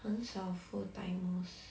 很少 full timers